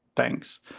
thanks.